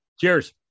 Cheers